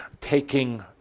taking